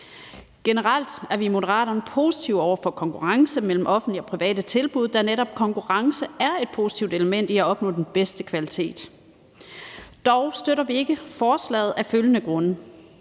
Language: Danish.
Generelt er vi i Moderaterne positive over for konkurrence mellem offentlige og private tilbud, da netop konkurrence er et positivt element i at opnå den bedste kvalitet. Dog støtter vi ikke forslaget af følgende grunde: